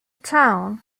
town